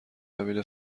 قبیله